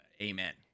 amen